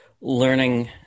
learning